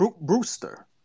Brewster